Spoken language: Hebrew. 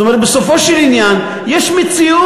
זאת אומרת, בסופו של עניין יש מציאות.